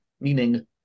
meaning